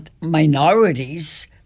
minorities